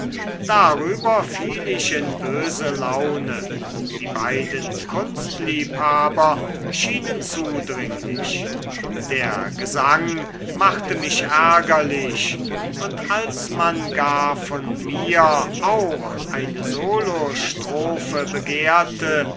darüber fiel ich in böse laune die beiden kunstliebhaber schienen zudringlich der gesang machte mich ärgerlich und als man gar von mir auch eine solostrophe begehrte